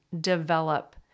develop